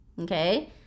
okay